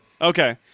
Okay